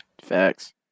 Facts